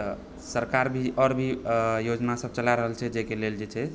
तऽ सरकार भी आओर भी योजनासभ चला रहल छै जाहिके लेल जे छै